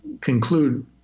conclude